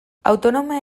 autonomoa